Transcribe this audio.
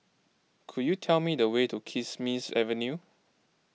could you tell me the way to Kismis Avenue